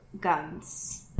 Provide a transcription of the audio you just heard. guns